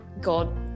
God